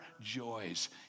joys